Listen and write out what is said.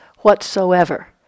whatsoever